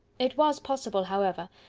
it was possible, however,